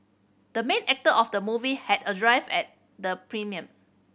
the main actor of the movie had arrived at the premiere